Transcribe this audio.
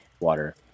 water